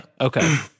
Okay